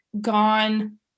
gone